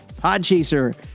Podchaser